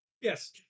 Yes